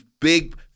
big